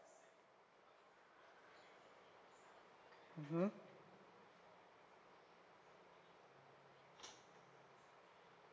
mmhmm